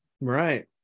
Right